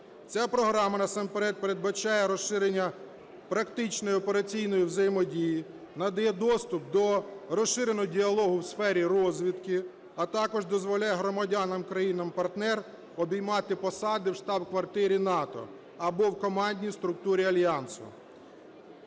Ця Програма насамперед передбачає розширення практичної операційної взаємодії. Надає доступ до розширеного діалогу в сфері розвідки. А також дозволяє громадянам країн-партнерів обіймати посади в штаб-квартирі НАТО або в командній структурі альянсу.